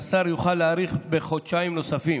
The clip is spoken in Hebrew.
והשר יוכל להאריך זאת בחודשיים נוספים,